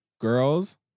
Girls